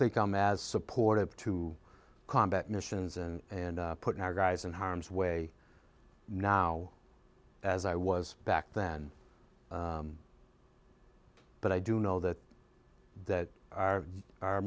think i'm as supportive to combat missions and putting our guys in harm's way now as i was back then but i do know that that our our